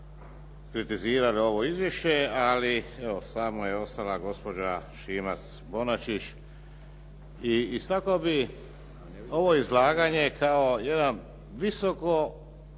su kritizirali ovo izvješće, ali evo samo je ostala gospođa Šimac Bonačić. I istaknuo bih, ovo izlaganje kao jedan visoko